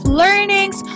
learnings